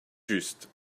juste